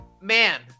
man